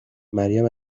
گفتمریم